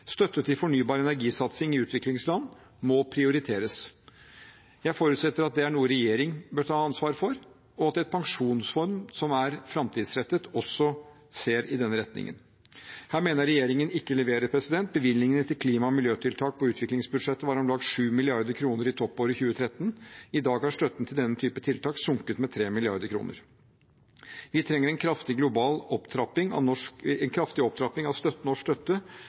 Støtte til fornybar energi-satsing i utviklingsland må prioriteres. Jeg forutsetter at det er noe regjeringen bør ta ansvar for, og at et pensjonsfond som er framtidsrettet, også ser i denne retningen. Her mener jeg regjeringen ikke leverer. Bevilgningene til klima- og miljøtiltak på utviklingsbudsjettet var om lag 7 mrd. kr i toppåret 2013. I dag har støtten til denne type tiltak sunket med 3 mrd. kr. Vi trenger en kraftig opptrapping av norsk støtte til tiltak med dobbelt positiv effekt for både klima og